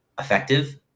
effective